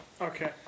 Okay